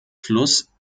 fluss